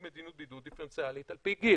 מדיניות בידוד דיפרנציאלית על פי גיל.